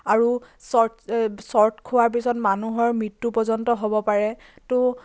আৰু চৰ্ট চৰ্ট খোৱাৰ পিছত মানুহৰ মৃত্যু পৰ্য্যন্ত হ'ব পাৰে তো